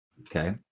okay